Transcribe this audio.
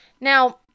Now